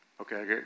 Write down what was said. Okay